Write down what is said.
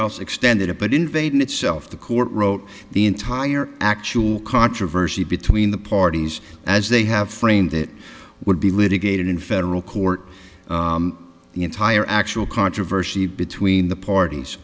else extended it but invaded itself the court wrote the entire actual controversy between the parties as they have framed it would be litigated in federal court the entire actual controversy between the parties